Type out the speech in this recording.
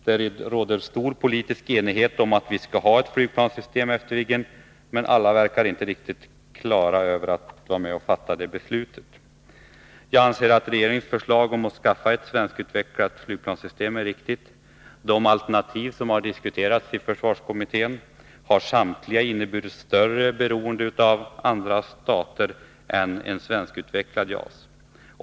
Det råder stor politisk enighet om att vi skall ha ett flygplanssystem efter Viggen, men alla verkar inte vara klara att delta i ett beslut. Jag anser att regeringens förslag att skaffa ett svenskutvecklat flygplanssystem är riktigt. De alternativ som diskuterats i försvarskommittén har samtliga inneburit större beroende av andra stater än en svenskutvecklad JAS.